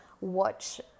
watch